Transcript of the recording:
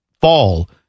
fall